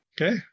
Okay